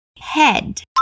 head